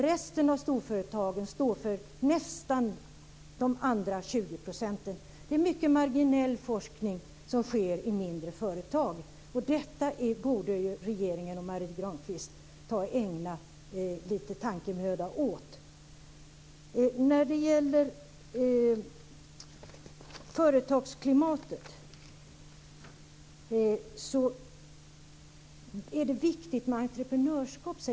Resten av storföretagen står för så gott som alla de övriga 20 procenten. Det är mycket marginell forskning som sker i mindre företag. Detta borde regeringen och Marie Granlund ägna lite tankemöda åt. När det gäller företagsklimatet säger Marie Granlund att det är viktigt med entreprenörskap.